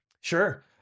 Sure